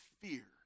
fear